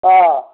অঁ